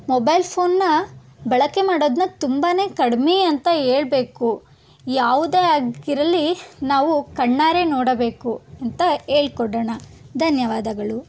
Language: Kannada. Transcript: ಮೊಬೈಲ್ ಫೋನನ್ನ ಬಳಕೆ ಮಾಡೋದನ್ನ ತುಂಬಾ ಕಡಿಮೆ ಅಂತ ಹೇಳ್ಬೇಕು ಯಾವುದೇ ಆಗಿರಲಿ ನಾವು ಕಣ್ಣಾರೆ ನೋಡಬೇಕು ಅಂತ ಹೇಳ್ಕೊಡೋಣ ಧನ್ಯವಾದಗಳು